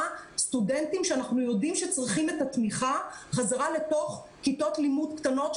סטודנטים שאנחנו יודעים שהם צריכים את התמיכה חזרה לתוך כיתות לימוד קטנות,